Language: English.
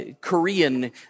Korean